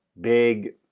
big